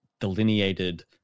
delineated